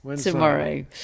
tomorrow